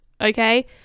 okay